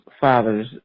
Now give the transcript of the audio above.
father's